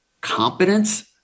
competence